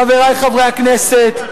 חברי חברי הכנסת,